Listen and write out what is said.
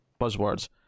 buzzwords